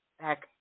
back